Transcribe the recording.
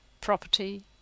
property